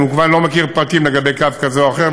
אני כמובן לא מכיר פרטים לגבי קו כזה או אחר,